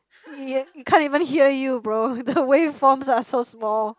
can't even hear you bro the way forms are so small